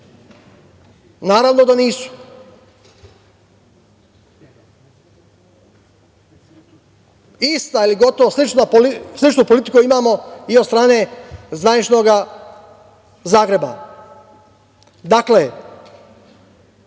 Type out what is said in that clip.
Naravno da nisu. Istu ili gotovo sličnu politiku imamo i od strane zvaničnog Zagreba. Dakle,